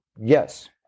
yes